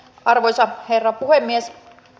arvoisa herra puhemies